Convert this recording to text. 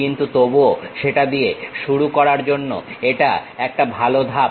কিন্তু তবুও সেটা দিয়ে শুরু করার জন্য এটা একটা ভালো ধাপ